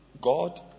God